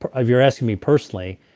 sort of you're asking me personally,